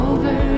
Over